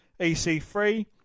EC3